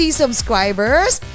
subscribers